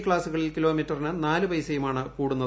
ക്ലാസുകളിൽ കിലോമീറ്ററിന് നാല് പൈസയുമാണ് കൂടുന്നത്